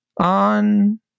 on